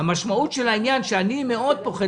המשמעות היא שאני פוחד מאוד.